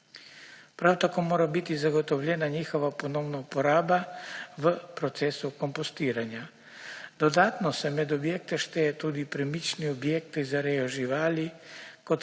Prav tako mora biti zagotovljena njihova ponovna uporaba v procesu kompostiranja. Dodatno se med objekte štejejo tudi premični objekti za rejo živali,